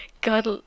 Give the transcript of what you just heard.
God